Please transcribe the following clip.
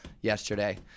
yesterday